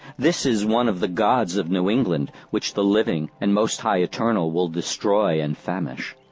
this is one of the gods of new england, which the living and most high eternal will destroy and famish.